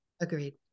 Agreed